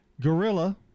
Gorilla